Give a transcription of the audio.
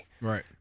Right